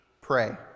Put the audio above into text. pray